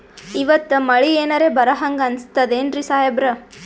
ಇವತ್ತ ಮಳಿ ಎನರೆ ಬರಹಂಗ ಅನಿಸ್ತದೆನ್ರಿ ಸಾಹೇಬರ?